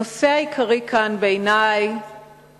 הנושא העיקרי כאן בעיני הוא